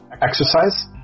exercise